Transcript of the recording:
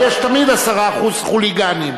אבל תמיד יש 10% חוליגנים.